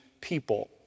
people